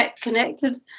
connected